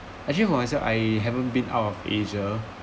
actually for myself I haven't been out of asia